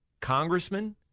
congressman